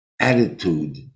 attitude